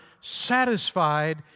satisfied